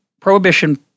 prohibition